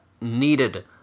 needed